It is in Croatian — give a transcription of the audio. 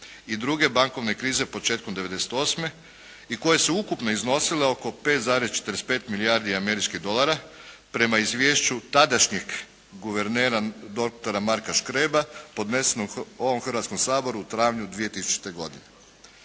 i druge bankovne krize početkom 98. i koje su ukupno iznosile oko 5,45 milijardi američkih dolara prema izvješću tadašnjeg guvernera dr. Marka Škreba, podnesenog ovom Hrvatskom saboru u travnju 2000. godine.